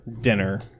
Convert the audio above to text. Dinner